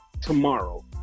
tomorrow